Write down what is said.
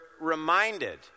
reminded